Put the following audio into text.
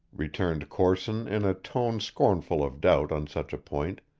returned corson in a tone scornful of doubt on such a point.